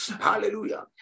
Hallelujah